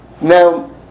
Now